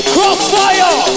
Crossfire